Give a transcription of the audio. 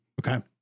okay